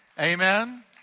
Amen